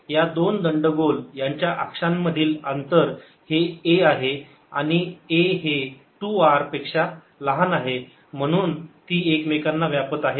या दोन दंडगोल यांच्या अक्षांमधील अंतर हे a आहे आणि a हे 2 r पेक्षा लहान आहे म्हणून ती एकमेकांना व्यापत आहेत